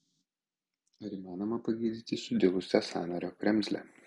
ar įmanoma pagydyti sudilusią sąnario kremzlę